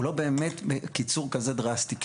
הוא לא באמת קיצור כזה דרסטי.